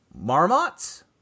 marmots